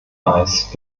weiß